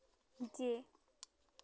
ᱡᱮ